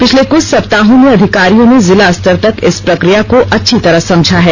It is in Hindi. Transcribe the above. पिछले कृछ सप्ताहों में अधिकारियों ने जिला स्तर तक इस प्रक्रिया को अच्छी तरह समझा है